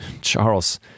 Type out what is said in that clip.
Charles